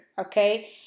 okay